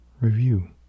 Review